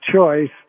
choice